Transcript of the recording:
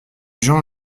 jean